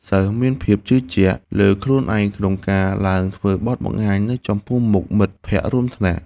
សិស្សមានភាពជឿជាក់លើខ្លួនឯងក្នុងការឡើងធ្វើបទបង្ហាញនៅចំពោះមុខមិត្តភក្តិរួមថ្នាក់។